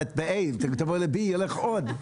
אם תעברי ל-B יהיו לך עוד.